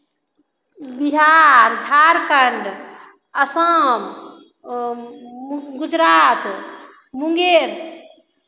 Bihar Jharkhand Assam Gujarat Munger